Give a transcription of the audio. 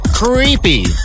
creepy